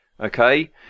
Okay